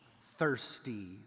thirsty